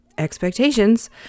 expectations